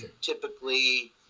typically